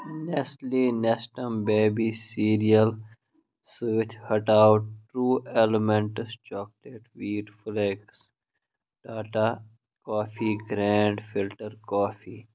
Nestle Nestum baby cereal سۭتۍ ہٹاو true elements chocolate wheat flakes Tata coffee grand filter کافی